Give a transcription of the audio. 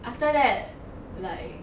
after that like